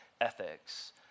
ethics